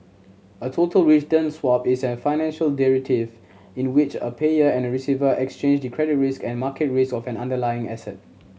a total return swap is a financial derivative in which a payer and receiver exchange the credit risk and market risk of an underlying asset